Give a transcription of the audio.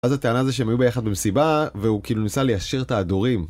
אז הטענה זה שהם היו ביחד במסיבה, והוא כאילו ניסה ליישר את ההדורים.